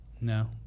No